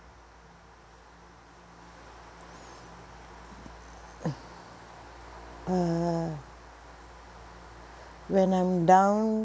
uh when I'm down